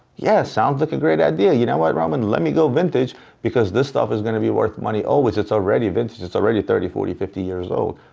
yes, sounds like a great idea. you know what, roman? let me go vintage because this stuff is going to be worth money, always. oh, it's already vintage. it's already thirty, forty, fifty years old.